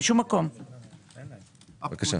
""הפקודה"